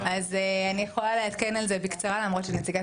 אני יכולה לעדכן על זה בקצרה למרות שנציגת